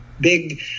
big